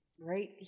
right